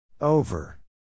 Over